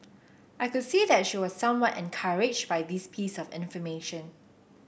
I could see that she was somewhat encouraged by this piece of